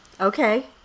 Okay